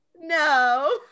No